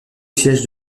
siège